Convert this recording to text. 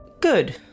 Good